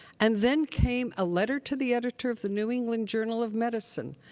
and then came a letter to the editor of the new england journal of medicine.